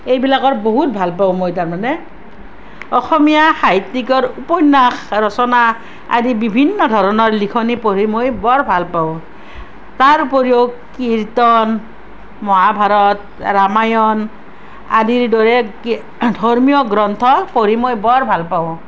এইবিলাকৰ বহুত ভাল পাওঁ মই তাৰমানে অসমীয়া সাহিত্যিকৰ উপন্যাস ৰচনা আদি বিভিন্ন ধৰণৰ লিখনি পঢ়ি মই বৰ ভাল পাওঁ তাৰ উপৰিও কীৰ্তন মহাভাৰত ৰামায়ণ আদিৰ দৰে ধৰ্মীয় গ্ৰন্থ পঢ়ি মই বৰ ভাল পাওঁ